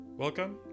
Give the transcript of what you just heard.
Welcome